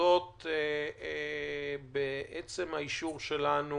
בעצם האישור שלנו